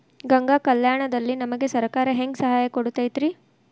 ಗಂಗಾ ಕಲ್ಯಾಣ ದಲ್ಲಿ ನಮಗೆ ಸರಕಾರ ಹೆಂಗ್ ಸಹಾಯ ಕೊಡುತೈತ್ರಿ?